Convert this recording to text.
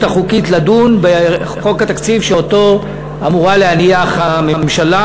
החוקית לדון בחוק התקציב שאותו אמורה הממשלה להניח.